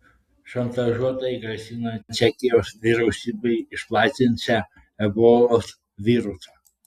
šantažuotojai grasina čekijos vyriausybei išplatinsią ebolos virusą